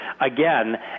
again